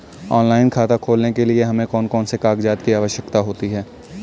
Online खाता खोलने के लिए हमें कौन कौन से कागजात की आवश्यकता होती है?